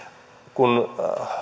kun